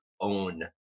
own